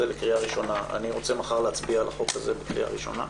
לקריאה ראשונה ומחר להצביע עליו בקריאה הראשונה.